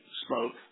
spoke